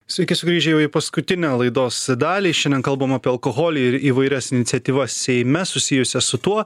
sveiki sugrįžę jau į paskutinę laidos dalį šiandien kalbam apie alkoholį ir įvairias iniciatyvas seime susijusias su tuo